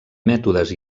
mètodes